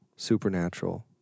supernatural